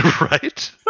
right